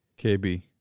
KB